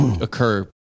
occur